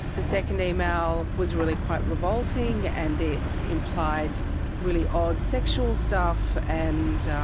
the second email was really quite revolting and it implied really odd sexual stuff and